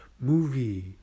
movie